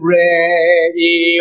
ready